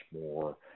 more